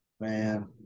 Man